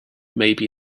maybe